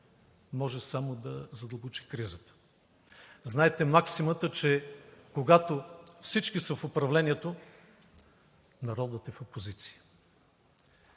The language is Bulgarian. може само да задълбочи кризата. Знаете максимата, че когато всички са в управлението, народът е в опозиция.